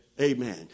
Amen